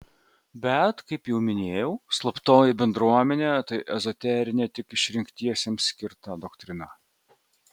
bet kaip jau minėjau slaptoji bendruomenė tai ezoterinė tik išrinktiesiems skirta doktrina